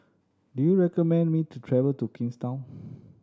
do you recommend me to travel to Kingstown